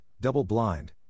Double-Blind